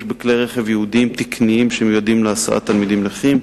בכלי רכב יעודיים תקניים שמיועדים להסעת ילדים נכים,